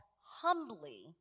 humbly